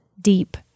deep